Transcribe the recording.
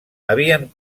havien